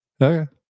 okay